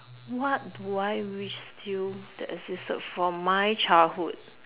what do I wish still that existed from my childhood